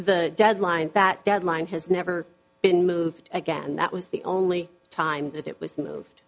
the deadline that deadline has never been moved again that was the only time that it was moved